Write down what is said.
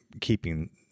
keeping